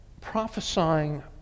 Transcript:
prophesying